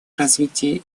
развития